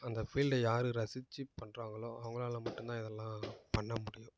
அந்த ஃபீல்ட யாரு ரசித்து பண்ணுறாங்களோ அவங்களால மட்டும் தான் இதெல்லாம் பண்ண முடியும்